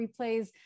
replays